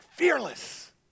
Fearless